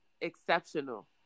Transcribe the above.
exceptional